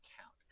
count